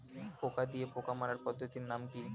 পোকা দিয়ে পোকা মারার পদ্ধতির নাম কি?